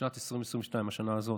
ובשנת 2022, השנה הזאת,